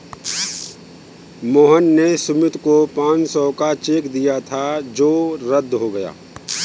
मोहन ने सुमित को पाँच सौ का चेक दिया था जो रद्द हो गया